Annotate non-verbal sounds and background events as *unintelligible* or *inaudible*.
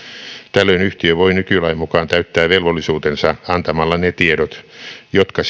tällöin yhtiö voi nykylain mukaan täyttää velvollisuutensa antamalla ne tiedot jotka *unintelligible*